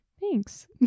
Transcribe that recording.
thanks